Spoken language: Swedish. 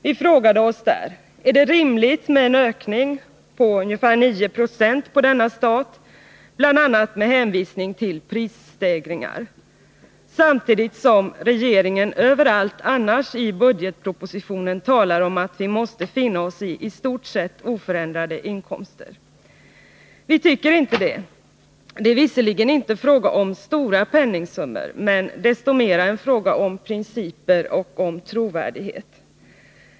Vi frågade oss där: Är det rimligt med en ökning av 9 Z på denna stat bl.a. med hänvisning till prisstegringar samtidigt som regeringen överallt annars i budgetpropositionen talar om att vi måste finna oss i i stort sett oförändrade inkomster? Vi tycker inte det. Det är visserligen inte fråga om stora penningsummor men desto mera om principer och om trovärdighet.